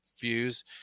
views